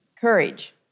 Courage